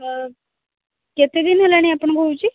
ତ କେତେ ଦିନ ହେଲାଣି ଆପଣଙ୍କୁ ହେଉଛି